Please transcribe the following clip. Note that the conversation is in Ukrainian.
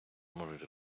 зможуть